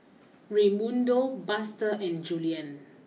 Raymundo Buster and Julien